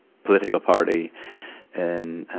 political party in,